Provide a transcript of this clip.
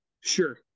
sure